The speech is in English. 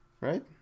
right